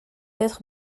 être